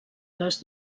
les